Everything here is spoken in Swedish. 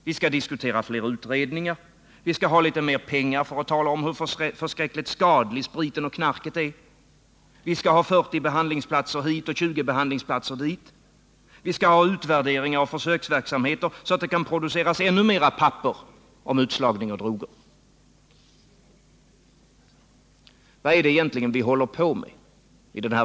Vi skall diskutera fler utredningar, vi skall ha litet mer pengar för att tala om hur förskräckligt skadliga sprit och knark är, vi skall ha 40 behandlingsplatser hit och 20 behandlingsplatser dit, vi skall ha utvärdering av försöksverksamhet så att det kan produceras ännu mer papper om utslagning och droger. Vad är det egentligen vi håller på med?